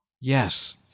Yes